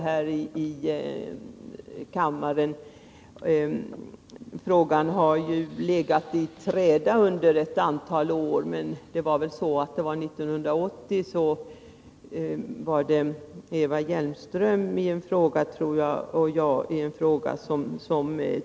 Frågan om en kärnvapenfri zon har ju legat i träda under ett antal år, men togs 1980 upp igen av Eva Hjelmström — tror jag — och mig.